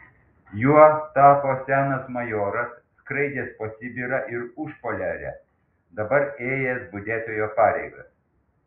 juo tapo senas majoras skraidęs po sibirą ir užpoliarę dabar ėjęs budėtojo pareigas